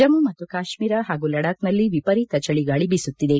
ಜಮ್ಮ ಮತ್ತು ಕಾಶ್ಮೀರ ಹಾಗೂ ಲಡಾಕ್ನಲ್ಲಿ ವಿಪರೀತ ಚಳಿಗಾಳಿ ಬೀಸುತ್ತಿದೆ